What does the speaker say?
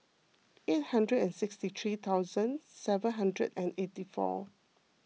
eight hundred and sixty three thousand seven hundred and eighty four